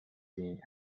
being